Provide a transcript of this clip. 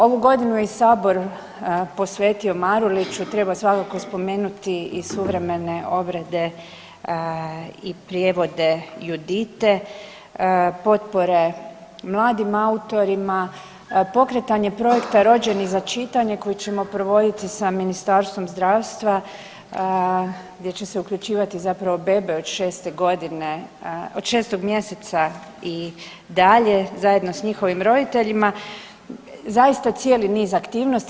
Ovu godinu je i sabor posvetio Maruliću, treba svakako spomenuti i suvremene obrede i prijevode Judite, potpore mladim autorima, pokretanje projekta „Rođeni za čitanje“ koji ćemo provoditi sa Ministarstvom zdravstva gdje će se uključivati zapravo bebe od 6 mjeseca i dalje zajedno s njihovim roditeljima, zaista cijeli niz aktivnosti.